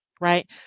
right